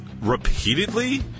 repeatedly